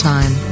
Time